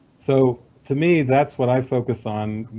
so to me, that's what i focus on,